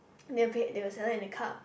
they will be they were selling in a cup